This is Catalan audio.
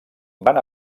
van